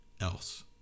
else